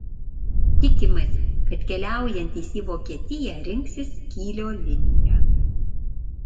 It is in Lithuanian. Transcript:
tikimasi kad keliaujantys į vokietiją rinksis kylio liniją